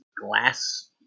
glass